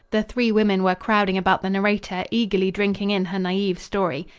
the three women were crowding about the narrator, eagerly drinking in her naive story.